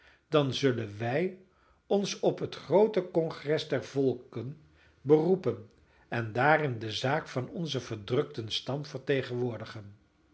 erkennen dan zullen wij ons op het groote congres der volken beroepen en daarin de zaak van onzen verdrukten stam vertegenwoordigen